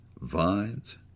vines